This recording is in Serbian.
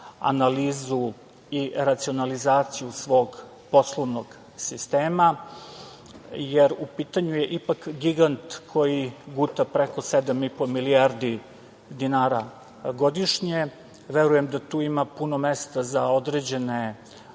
analizu i racionalizaciju svog poslovnog sistema, jer u pitanju je ipak gigant koji guta preko 7,5 milijardi dinara godišnje. Verujem da tu ima puno mesta za određene